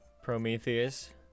Prometheus